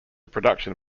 production